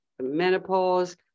menopause